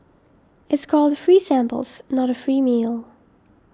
it's called free samples not a free meal